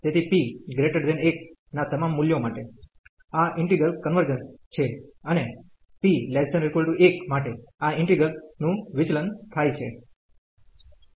તેથી p1 ના તમામ મૂલ્યો માટે આ ઈન્ટિગ્રલ કન્વર્જન્સ છે અને p≤ 1 માટે આ ઈન્ટિગ્રલ નું વિચલન થાય છે